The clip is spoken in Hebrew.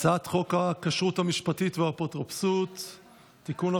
הצעת חוק הכשרות המשפטית והאפוטרופסות (תיקון,